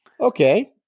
Okay